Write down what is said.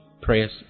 prayers